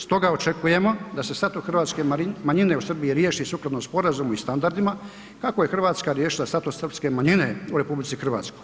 Stoga očekujemo da se status hrvatske manjine u Srbiji riješi sukladno sporazumu i standardima kako je Hrvatska riješila status srpske manjine u RH.